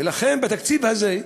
ולכן בתקציב הזה,